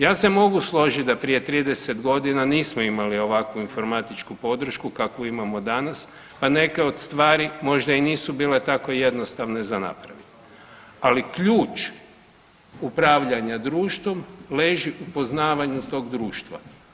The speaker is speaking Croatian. Ja se mogu složit da prije 30.g. nismo imali ovakvu informatičku podršku kakvu imamo danas, pa neke od stvari možda i nisu bile tako jednostavne za napravit, ali ključ upravljanja društvom leži u poznavanju tog društva.